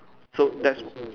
so that's